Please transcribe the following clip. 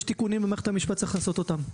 יש תיקונים במערכת המשפט שצריך לעשות אותם.